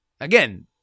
Again